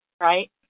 Right